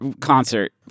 concert